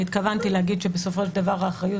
אני התכוונתי להגיד שבסופו של דבר האחריות